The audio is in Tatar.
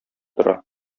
тора